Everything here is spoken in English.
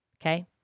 Okay